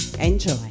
enjoy